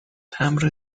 تمبر